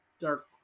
dark